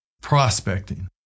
Prospecting